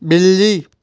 बिल्ली